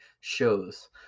shows